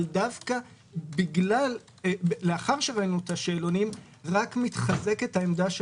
אבל דווקא לאחר שראינו את השאלונים רק מתחזקת עמדתנו